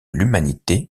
l’humanité